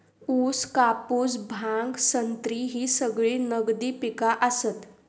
ऊस, कापूस, भांग, संत्री ही सगळी नगदी पिका आसत